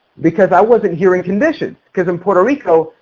because i wasn't hearing conditions. because in puerto rico,